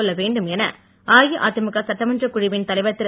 கொள்ள வேண்டும் என அஇஅதிமுக சட்டமன்றக் குழுவின் தலைவர் திரு